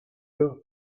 you